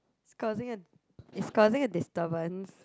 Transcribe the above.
it's causing a it's causing a disturbance